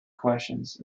questions